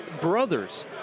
brothers